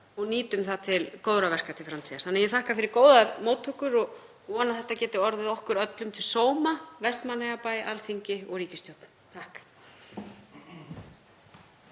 og nýtum það til góðra verka til framtíðar. Ég þakka fyrir góðar móttökur og vona að þetta geti orðið okkur öllum til sóma, Vestmannaeyjabæ, Alþingi og ríkisstjórn.